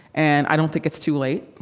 and i don't think it's too late.